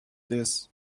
this